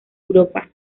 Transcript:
europa